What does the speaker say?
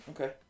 okay